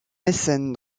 mécène